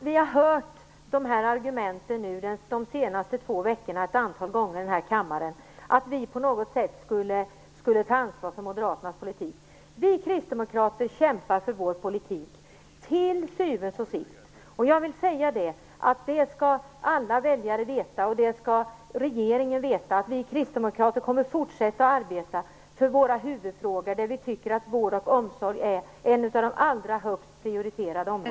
Fru talman! Vi har under de senaste veckorna ett antal gånger här i kammaren hört argumentet att vi på något sätt skall ta ansvar för moderaternas politik. Vi kristdemokrater kämpar för vår politik. Regeringen och alla väljare skall veta att vi kristdemokrater kommer att arbeta för våra huvudfrågor, och för oss är vård och omsorg ett av de allra högst prioriterade områdena.